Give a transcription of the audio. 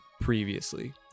previously